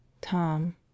Tom